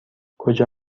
کجا